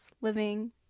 living